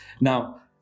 Now